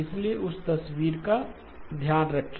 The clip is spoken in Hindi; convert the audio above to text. इसलिए उस तस्वीर को ध्यान में रखें